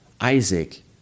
Isaac